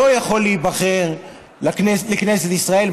הוא לא יכול להיבחר לכנסת ישראל,